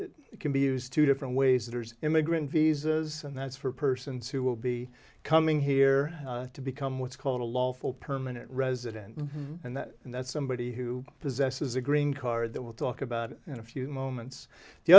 visa can be used two different ways there's immigrant visas and that's for persons who will be coming here to become what's called a lawful permanent resident and that and that's somebody who possesses a green card that will talk about it in a few moments the